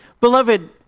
Beloved